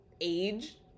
age